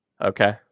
Okay